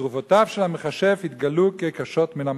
תרופותיו של המכשף יתגלו כקשות מן המחלה".